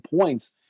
points